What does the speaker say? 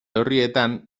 orrietan